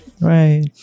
Right